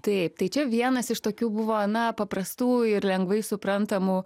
taip tai čia vienas iš tokių buvo na paprastų ir lengvai suprantamų